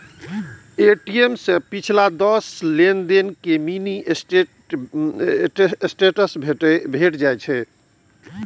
ATM सं पिछला दस लेनदेन के मिनी स्टेटमेंट भेटि जायत